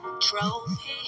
trophy